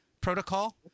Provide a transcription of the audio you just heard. protocol